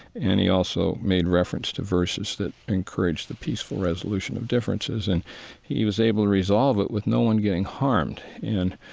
and he also made reference to verses that encouraged the peaceful resolution of differences, and he was able to resolve it with no one getting harmed. and,